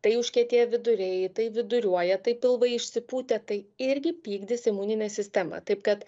tai užkietėję viduriai tai viduriuoja tai pilvai išsipūtę tai irgi pykdys imuninę sistemą taip kad